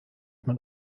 man